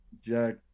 jack